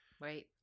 Right